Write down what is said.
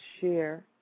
share